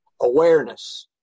awareness